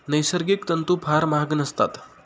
नैसर्गिक तंतू फार महाग नसतात